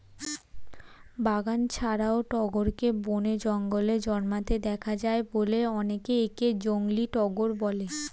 বাগান ছাড়াও টগরকে বনে, জঙ্গলে জন্মাতে দেখা যায় বলে অনেকে একে জংলী টগর বলে